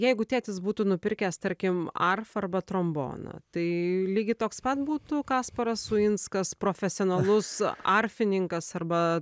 jeigu tėtis būtų nupirkęs tarkim arfą arba tromboną tai lygiai toks pat būtų kasparas uinskas profesionalus arfininkas arba